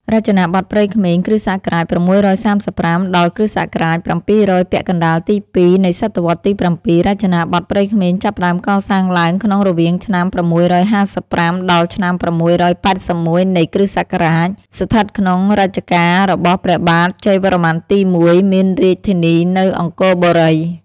រចនាបថព្រៃក្មេង គ.ស. ៦៣៥ ដល់គ ស.៧០០ ពាក់ កណ្តាលទី ២ នៃសតវត្សទី៧ រចនាបថព្រៃក្មេងចាប់ផ្តើមកសាងឡើងក្នុងរវាងឆ្នាំ ៦៥៥ ដល់ឆ្នាំ៦៨១ នៃ គ្រិស្តសករាជ ស្ថិតក្នុងរជ្ជកាលរបស់ព្រះបាទជ័យវរ្ម័នទី១ មានរាជធានីនៅអង្គរបុរី។